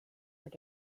were